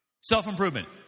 Self-improvement